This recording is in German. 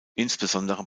insbesondere